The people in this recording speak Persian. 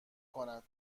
کند